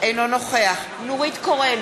אינו נוכח נורית קורן,